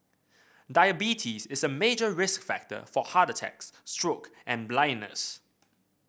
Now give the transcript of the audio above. diabetes is a major risk factor for heart attacks stroke and blindness